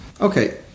Okay